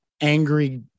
angry